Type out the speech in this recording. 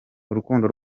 urukundo